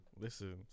Listen